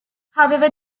however